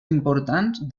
importants